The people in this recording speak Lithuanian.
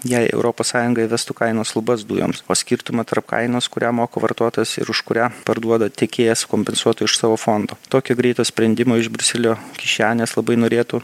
jei europos sąjunga įvestų kainos lubas dujoms o skirtumą tarp kainos kurią moka vartotojas ir už kurią parduoda tiekėjas kompensuotų iš savo fondo tokio greito sprendimo iš briuselio kišenės labai norėtų